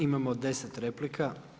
Imamo 10 replika.